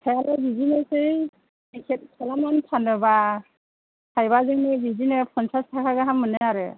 जायाबा बिदिनोसै पेकेत खालामनानै फानोबा थाइबाजोंनो बिदिनो फनसास थाखा गाहाम मोनो आरो